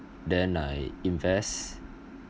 then I invest